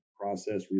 process